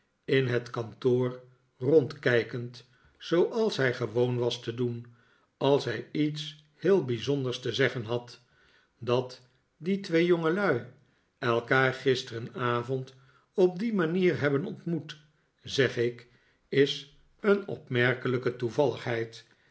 in het kantoor rondkijkend zpoals hij gewoon was te doen als hij lets heel biizonders te zeggen had dat die twee jongelui elkaar gisteravond op die manier hebben ontmoet zeg ik is een opmerkelijke toevalligheid